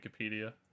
wikipedia